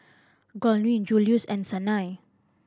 Gwyn Juluis and Sanai